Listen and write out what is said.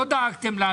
לא דאגתם לנו.